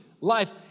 life